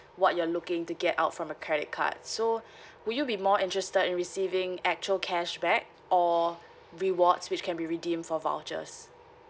what you are looking to get out from the credit card so would you be more interested in receiving actual cashback or rewards which can be redeemed for vouchers